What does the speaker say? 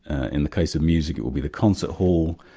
in the case of music it would be the concert hall,